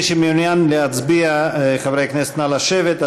מי שמעוניין להצביע, חברי הכנסת, נא לשבת.